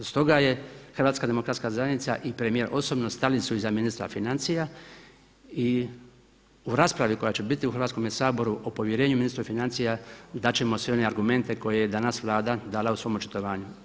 Stoga je Hrvatska demokratska zajednica i premijer osobno stali su iza ministra financija i u raspravi koja će biti u Hrvatskome saboru o povjerenju ministru financija dati ćemo sve one argumente koje je danas Vlada dala u svom očitovanju.